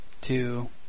two